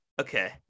okay